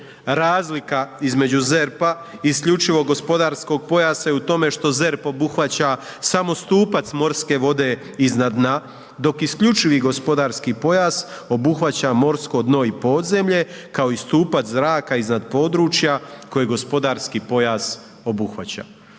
Razlika između ZERP-a, isključivog gospodarskog pojasa je u tome što ZERP obuhvaća samo stupac morske vode iznad dna, dok isključivi gospodarski pojas obuhvaća morsko dno i podzemlje, kao i stupac zraka iznad područja koje gospodarski pojas obuhvaća.